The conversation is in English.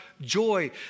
joy